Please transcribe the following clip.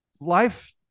life